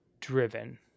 driven